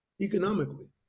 economically